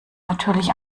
natürlich